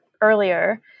earlier